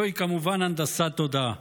זוהי כמובן הנדסת תודעה.